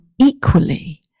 equally